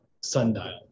sundial